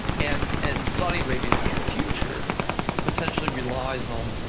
and and saudi arabia's future essentially relies on